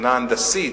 מבחינה הנדסית,